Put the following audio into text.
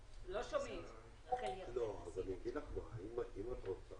הדיונים הם בהחלט מאוד דחופים.